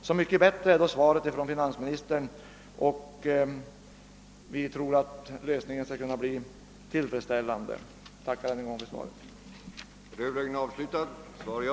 Så mycket bättre är i stället svaret från finansministern, och jag hoppas att frågan skall kunna lösas på ett tillfredsställande sätt. Jag tackar än en gång för svaret på min fråga.